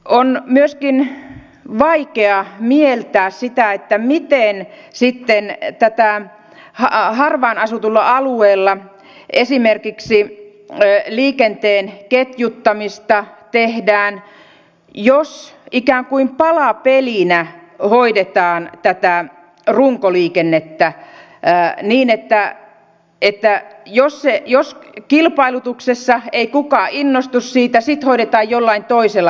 on myöskin vaikea mieltää sitä miten sitten harvaan asutulla alueella esimerkiksi tätä liikenteen ketjuttamista tehdään jos ikään kuin palapelinä hoidetaan tätä runkoliikennettä niin että jos kilpailutuksessa ei kukaan innostu siitä sitten se hoidetaan jollain toisella tavalla